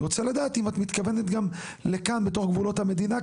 אני רוצה לדעת האם את מתכוונת גם לכאן בתוך גבולות המדינה,